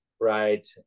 Right